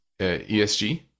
ESG